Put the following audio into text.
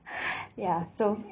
ya so